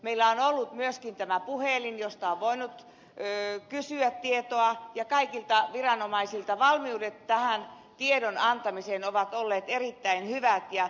meillä on ollut myöskin tämä puhelin josta on voinut kysyä tietoa ja kaikilta viranomaisilta valmiudet tähän tiedon antamiseen ovat olleet erittäin hyvät